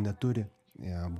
neturi jam